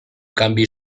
canvi